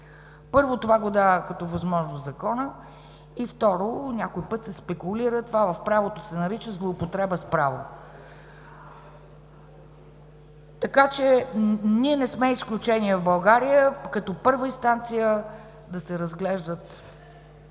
Първо, това го дава като възможност законът. Второ, някой път се спекулира – това в правото се нарича „злоупотреба с право“. Ние в България не сме изключение – като първа инстанция да се разглеждат